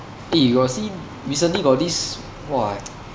eh you got see recently got this !wah!